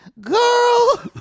Girl